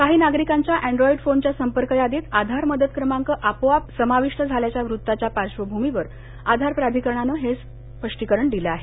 काही नागरिकांच्या अँड्रॉइड फोनच्या संपर्क यादीत आधार मदत क्रमांक आपोआप समाविष्ट झाल्याच्या वृत्ताच्या पार्श्वभूमीवर आधार प्राधिकरणानं हे स्पष्टीकरण दिलं आहे